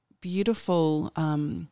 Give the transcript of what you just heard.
beautiful –